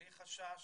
בלי חשש,